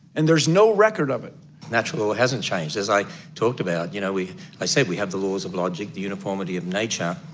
and there's no record of it natural law hasn't changed. as i talked about, you know, we i said we have the laws of logic, the uniformity of nature,